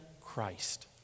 Christ